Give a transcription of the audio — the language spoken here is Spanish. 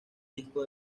disco